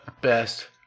Best